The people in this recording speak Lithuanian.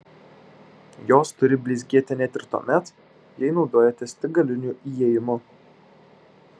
jos turi blizgėti net ir tuomet jei naudojatės tik galiniu įėjimu